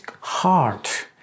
heart